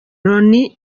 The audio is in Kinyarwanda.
loni